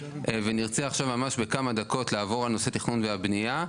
נרצה עכשיו ממש בכמה דקות לעבור על נושא תכנון והבנייה,